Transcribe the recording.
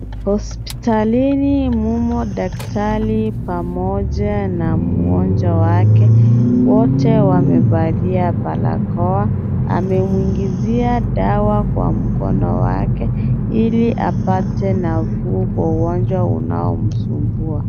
Hospitalini mumo daktari pamoja na mmoja wake. Wote wamevalia barakoa. Amemuingizia dawa kwenye mkono wake ili apate nafaa kwa ugonjwa unaomsumbua.